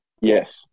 Yes